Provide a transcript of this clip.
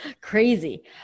Crazy